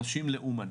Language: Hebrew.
אנשים לאומן.